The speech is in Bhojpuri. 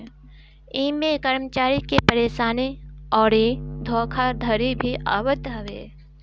इमें कर्मचारी के परेशानी अउरी धोखाधड़ी भी आवत हवे